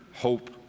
hope